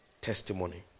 testimony